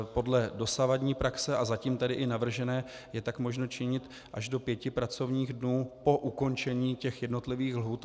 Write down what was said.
Podle dosavadní praxe, a zatím tedy i navržené, je tak možno činit až do pěti pracovních dnů po ukončení jednotlivých lhůt.